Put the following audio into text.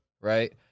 right